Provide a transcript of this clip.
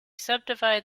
subdivide